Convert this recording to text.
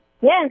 yes